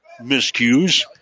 miscues